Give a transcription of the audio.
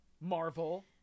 Marvel